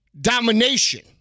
domination